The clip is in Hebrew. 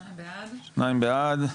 2 בעד.